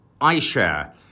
iShare